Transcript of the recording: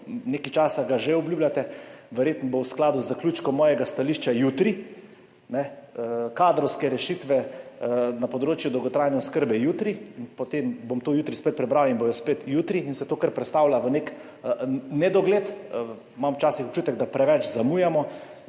Nekaj časa ga že obljubljate. Verjetno bo v skladu z zaključkom mojega stališča jutri, kadrovske rešitve na področju dolgotrajne oskrbe, jutri in potem bom to jutri spet prebral in bodo spet jutri in se to kar prestavlja v neki nedogled, imam včasih občutek, da preveč zamujamo,